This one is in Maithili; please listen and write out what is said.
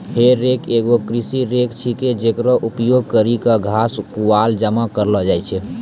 हे रेक एगो कृषि रेक छिकै, जेकरो उपयोग करि क घास, पुआल जमा करलो जाय छै